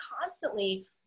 constantly